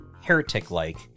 heretic-like